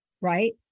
right